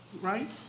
right